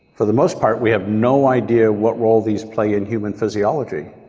for the most part we have no idea what role these play in human physiology,